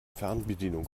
fernbedienung